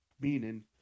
meaning